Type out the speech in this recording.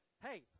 hey